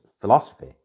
philosophy